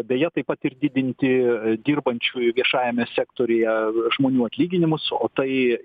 beje taip pat ir didinti dirbančiųjų viešajame sektoriuje žmonių atlyginimus o tai